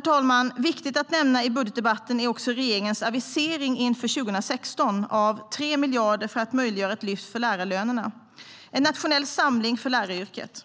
talman! Viktigt att nämna i budgetdebatten är regeringens avisering inför 2016 av 3 miljarder för att möjliggöra ett lyft för lärarlönerna. Det är en nationell samling för läraryrket.